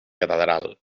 catedral